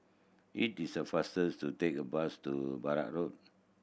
it is a faster to take the bus to Road